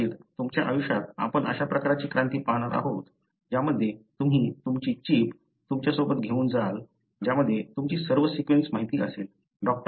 कदाचित तुमच्या आयुष्यात आपण अशा प्रकारची क्रांती पाहणार आहोत ज्यामध्ये तुम्ही तुमची चिप तुमच्या सोबत घेऊन जाल ज्यामध्ये तुमची सर्व सीक्वेन्स माहिती असेल